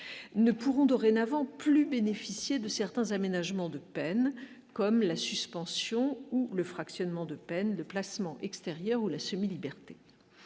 ne pourront dorénavant plus bénéficier de certains aménagements de comme la suspension ou le fractionnement de peine de placement extérieur ou la semi-liberté,